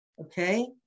okay